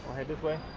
head this way?